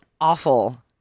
awful